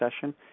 session